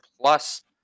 plus